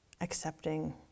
accepting